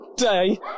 Day